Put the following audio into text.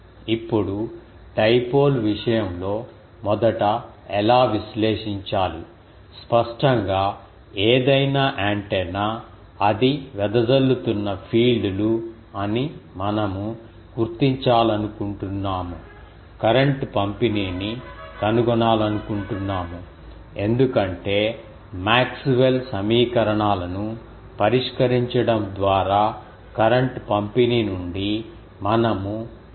ఇప్పుడు డైపోల్ విషయంలో మొదట ఎలా విశ్లేషించాలి స్పష్టంగా ఏదైనా యాంటెన్నా అది వెదజల్లుతున్న ఫీల్డ్ లు అని మనము గుర్తించాలనుకుంటున్నాము కరెంట్ పంపిణీని కనుగొనాలనుకుంటున్నాము ఎందుకంటే మాక్స్వెల్ సమీకరణాలను పరిష్కరించడం ద్వారా కరెంట్ పంపిణీ నుండి మనము ఫీల్డ్లు కనుగొనవచ్చు